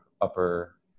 upper